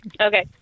Okay